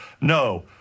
No